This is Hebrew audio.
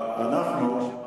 מה שעשיתם,